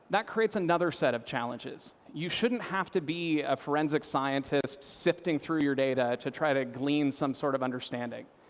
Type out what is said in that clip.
that creates another set of challenges. you shouldn't have to be a forensic scientist sifting through your data to try to glean some sort of understanding,